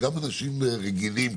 גם אנשים רגילים.